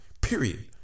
period